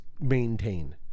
maintain